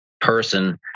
person